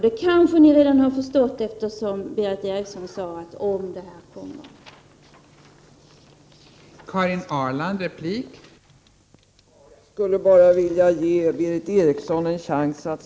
Det kanske ni redan har förstått, eftersom Berith Eriksson använder ordet ”om” beträffande genomförandet av företaget.